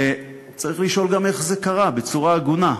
וצריך לשאול גם איך זה קרה, בצורה הגונה.